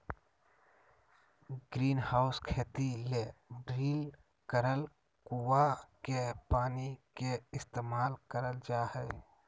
greenhouse खेती ले drill करल कुआँ के पानी के इस्तेमाल करल जा हय